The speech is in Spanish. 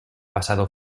pasado